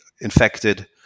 infected